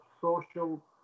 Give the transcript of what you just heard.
social